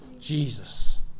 Jesus